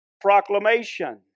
proclamation